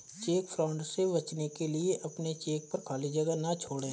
check fraud से बचने के लिए अपने चेक पर खाली जगह ना छोड़ें